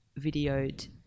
videoed